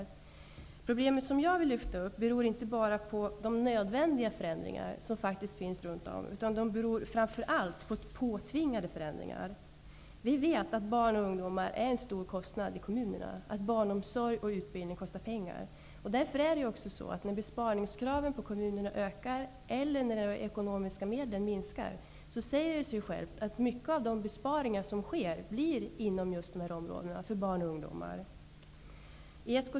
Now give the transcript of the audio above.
De problem som jag vill lyfta fram beror inte bara på de nödvändiga förändringar som faktiskt sker runt omkring oss utan framför allt på påtvingade förändringar. Vi vet att barn och ungdomar innebär stora kostnader för kommunerna och att barnomsorg och utbildning kostar pengar. När besparingskraven på kommunerna ökar eller när de ekonomiska medlen minskar, säger det sig självt att många av de besparingar som sker görs just beträffande barn och ungdomar.